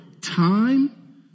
time